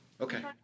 Okay